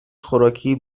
خوراکی